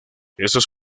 estos